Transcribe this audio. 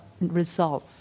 Resolve